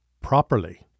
properly